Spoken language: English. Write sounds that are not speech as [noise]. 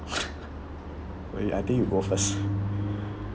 [laughs] oo I think you go first